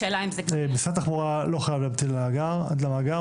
משרד התחבורה לא חייב להמתין עד למאגר,